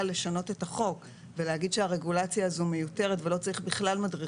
לשנות את החוק ולהגיד שהרגולציה הזו מיותרת ולא צריך בכלל מדריך,